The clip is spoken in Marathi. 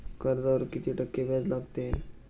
कर्जावर किती टक्के व्याज लागते?